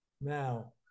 Now